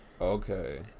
Okay